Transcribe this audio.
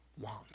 want